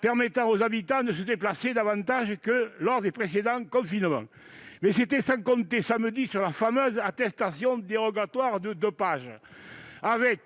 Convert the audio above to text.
permettant aux habitants de se déplacer davantage que lors des précédents confinements. Toutefois, c'était sans compter samedi sur la fameuse attestation dérogatoire de deux pages,